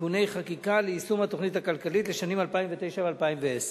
תיקוני חקיקה ליישום התוכנית הכלכלית לשנים 2009 ו-2010.